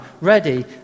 ready